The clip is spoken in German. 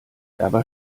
dabei